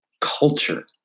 culture